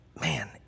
man